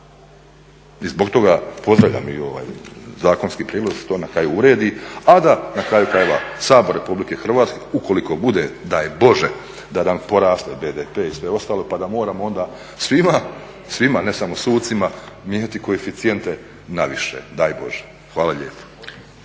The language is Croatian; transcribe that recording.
I zbog toga pozdravljam ovaj zakonski prijedlog da se to na kraju uredi, a da na kraju krajeva Sabor RH ukoliko bude daj Bože da nam poraste BDP i sve ostalo pa da onda moramo svima, ne samo sucima mijenjati koeficijente naviše daj Bože. Hvala lijepo.